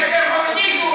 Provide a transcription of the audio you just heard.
איזה חופש ביטוי?